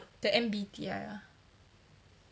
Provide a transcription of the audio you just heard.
the M_B_T_I ah